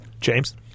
James